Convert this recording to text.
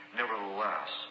nevertheless